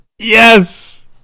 Yes